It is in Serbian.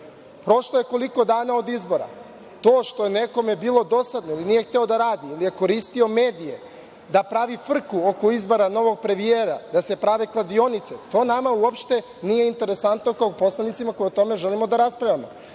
Prošlo je koliko dana od izbora? To što je nekome bilo dosadno ili nije hteo da radi ili je koristio medije da pravi frku oko izbora novog premijera, da se prave kladionice, to nama uopšte nije interesantno kao poslanicima koji o tome želimo da raspravljamo.